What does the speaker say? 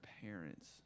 parents